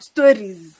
Stories